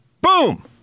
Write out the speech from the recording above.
Boom